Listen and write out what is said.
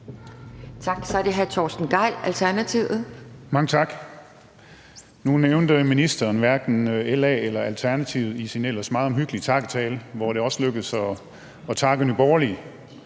Kl. 16:48 Torsten Gejl (ALT): Mange tak. Nu nævnte ministeren hverken LA eller Alternativet i sin ellers meget omhyggelige takketale, hvor det også lykkedes at takke Nye Borgerlige.